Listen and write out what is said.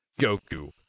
goku